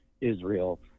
Israel